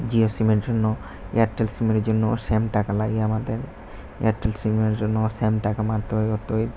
জিও সিমের জন্য এয়ারটেল সিমেরের জন্য ও সেম টাকা লাগে আমাদের এয়ারটেল সিমের জন্য ও সেম টাকা মারতে হয় অতই